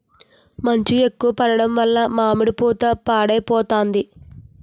మంచు ఎక్కువ పడడం వలన మామిడి పూత మాడిపోతాంది